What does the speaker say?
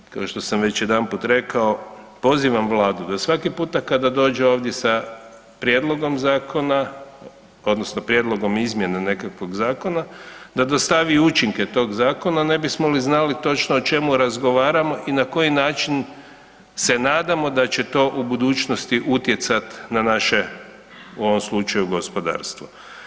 Ali, kao što sam već jedanput rekao, pozivam Vladu, da svaki puta kada dođe ovdje sa prijedlogom zakona odnosno prijedlogom izmjena nekakvog zakona da dostavi učinke tog zakona ne bismo li znali točno o čemu razgovaramo i na koji način se nadamo da će to u budućnosti utjecat na naše u ovom slučaju gospodarstvo.